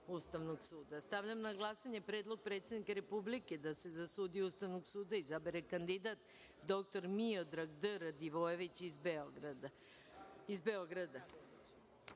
Ustavnog suda. Stavljam na glasanje Predlog predsednika Republike da se za sudiju Ustavnog suda izabere kandidat dr Mijodrag D. Radojević iz